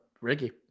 Ricky